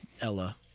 Ella